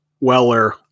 Weller